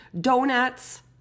donuts